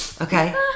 Okay